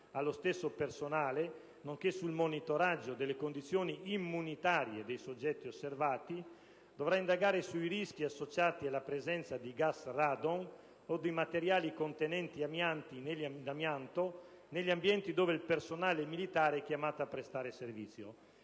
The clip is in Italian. allo stesso personale, nonché sul monitoraggio delle condizioni immunitarie dei soggetti osservati, dovrà indagare sui rischi associati alla presenza di gas radon o di materiali contenenti amianto negli ambienti dove il personale militare è chiamato a prestare servizio.